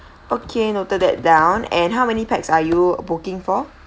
okay noted that down and how many pax are you booking for